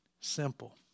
simple